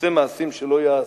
עושה מעשים שלא ייעשו,